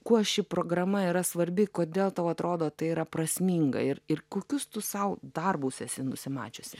kuo ši programa yra svarbi kodėl tau atrodo tai yra prasminga ir ir kokius tu sau darbus esi nusimačiusi